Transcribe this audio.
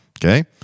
Okay